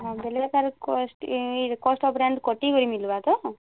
ହଁ ବୋଲେ ତା'ର୍ କଷ୍ଟ ଏଇ ଯେ କଷ୍ଟ ଆଉ ବ୍ରାଣ୍ଡ କଟି କରି ମିଲ୍ବା ତ